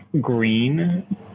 green